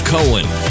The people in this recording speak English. Cohen